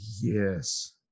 yes